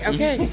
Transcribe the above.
Okay